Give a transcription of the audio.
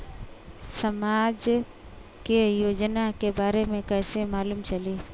समाज के योजना के बारे में कैसे मालूम चली?